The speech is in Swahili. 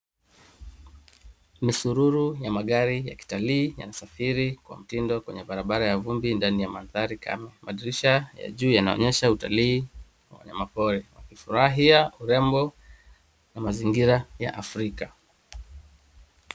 Misururu ya magari ya kitalii yanasafiri kwa mtindo kwenye barabara ya vumbi ndani ya mandhari kame. Madirisha ya juu yanaonyesha utalii wa wanyamapori, wakifurahia urembo na mazingira ya Afrika.